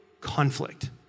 Conflict